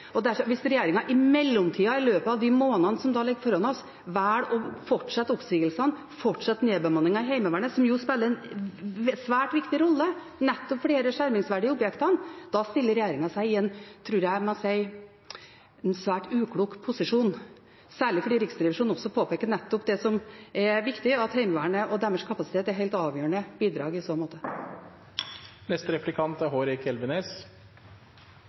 Hvis regjeringen i mellomtida, i løpet av de månedene som ligger foran oss, velger å fortsette oppsigelsene, fortsette nedbemanningen i Heimevernet, som spiller en svært viktig rolle for disse skjermingsverdige objektene, stiller regjeringen seg i – jeg tror jeg må si – en svært uklok posisjon, særlig fordi Riksrevisjonen også påpeker nettopp det som er viktig, at Heimevernet og deres kapasitet er et helt avgjørende bidrag i så måte. Representanten Arnstad sa at Forsvaret i Nord-Norge var bygd ned. Det er